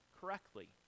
correctly